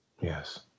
yes